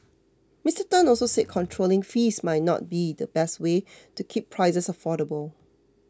Mister Tan also said controlling fees might not be the best way to keep prices affordable